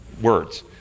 words